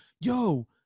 Yo